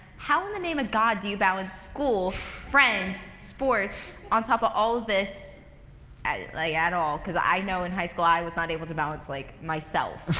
how in the name of god do you balance school, friends, sports, on top of all of this like at all? because i know in high school i was not able to balance like myself